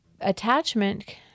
attachment